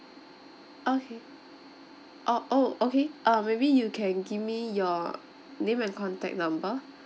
okay oh oh okay uh maybe you can give me your name and contact number